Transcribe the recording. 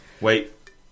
Wait